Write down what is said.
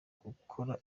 korora